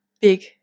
big